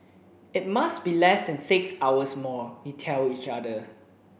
it must be less than six hours more we tell each other